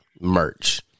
Merch